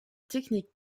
technique